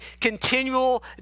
continual